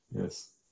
Yes